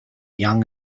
young